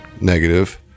negative